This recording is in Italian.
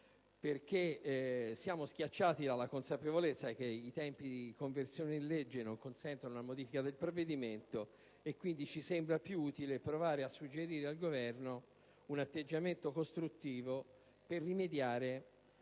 perché siamo schiacciati dalla consapevolezza che i tempi di conversione in legge non consentono la modifica del disegno di legge di conversione: ci sembra quindi più utile provare a suggerire al Governo un atteggiamento costruttivo per rimediare